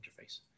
interface